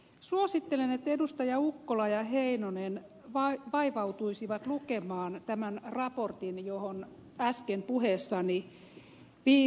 suosittelen että edustajat ukkola ja heinonen vaivautuisivat lukemaan tämän raportin johon äsken puheessani viittasin